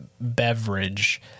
beverage